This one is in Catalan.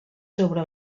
sobre